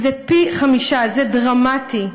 זה פי-חמישה, זה דרמטי.